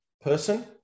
person